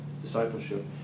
Discipleship